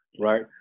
right